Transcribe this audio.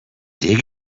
dig